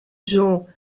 jean